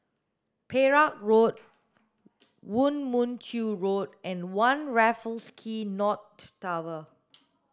Perak Road Woo Mon Chew Road and One Raffles Quay North Tower